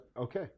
Okay